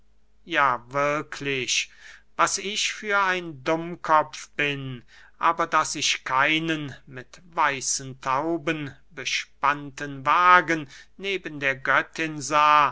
ja wirklich was ich für ein dummkopf bin aber daß ich keinen mit weißen tauben bespannten wagen neben der göttin sah